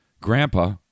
Grandpa